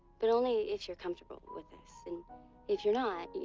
but only if you're comfortable with this. and if you're not, you